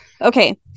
Okay